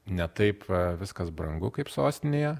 ne taip viskas brangu kaip sostinėje